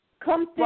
Come